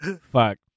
Fuck